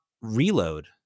Reload